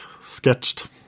sketched